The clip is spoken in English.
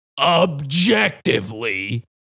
objectively